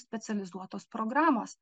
specializuotos programos